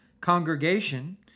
congregation